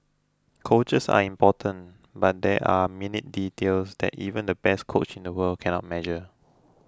coaches are important but there are minute details that even the best coach in the world cannot measure